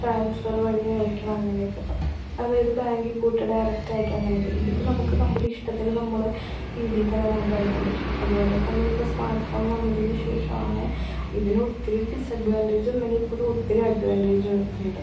transfer വഴി അയക്കണം അങ്ങനെ ഒക്കെ ഇപ്പം അതായത് ബാങ്കിൽ പോയിട്ട് ഡയറക്റ്റ് അയക്കാം അങ്ങനെ ഒക്കെ ഇതിപ്പം നമുക്ക് നമ്മുടെ ഇഷ്ടത്തിന് നമ്മൾ രീതിയിൽ തന്നെ നമുക്ക് അയക്കാൻ പറ്റും അതുപോലെ തന്നെ ഇപ്പം സ്മാർട്ഫോൺ വന്നതിന് ശേഷമാണ് ഇതിന് ഒത്തിരി ഡിസ്അഡ്വാൻ്റെജ് ഉണ്ടെങ്കിൽ പോലും ഒത്തിരി അഡ്വാൻറ്റേജ് ഉണ്ട്